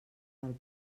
del